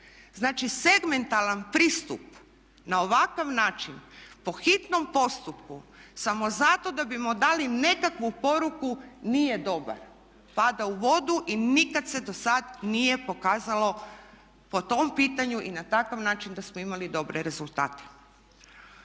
Znači segmentalan pristup na ovakav način po hitnom postupku samo zato da bismo dali nekakvu poruku nije dobar, pada u vodu i nikada se do sada nije pokazalo po tom pitanju i na takav način da smo imali dobre rezultate.